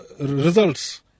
results